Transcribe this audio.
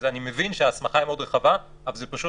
אני מבין שההסמכה היא מאוד רחבה אבל זה פשוט